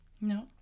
No